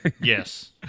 Yes